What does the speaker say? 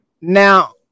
now